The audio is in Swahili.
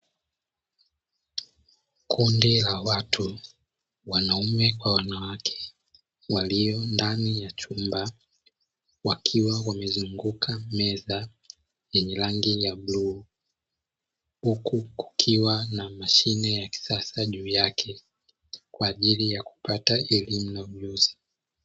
Kundi la watu; wanaume kwa wanawake walio ndani ya chumba, wakiwa wamezunguka meza yenye rangi ya bluu, huku kukiwa na mashine ya kisasa juu yake, kwa ajili ya kupata elimu na ujuzi.